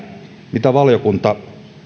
mitä valiokunta